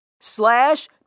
slash